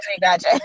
gotcha